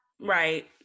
right